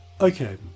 okay